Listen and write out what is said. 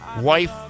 wife